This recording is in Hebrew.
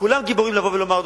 כולם גיבורים לבוא ולומר,